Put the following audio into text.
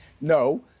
No